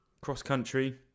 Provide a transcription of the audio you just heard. cross-country